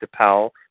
Powell